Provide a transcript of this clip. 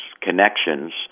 connections